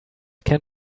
can